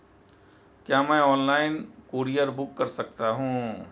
क्या मैं online courier book कर सकता हूँ?